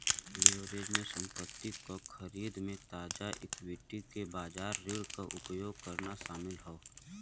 leverage में संपत्ति क खरीद में ताजा इक्विटी के बजाय ऋण क उपयोग करना शामिल हौ